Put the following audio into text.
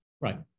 Right